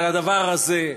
אבל הדבר הזה,